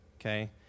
okay